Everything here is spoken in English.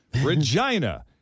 Regina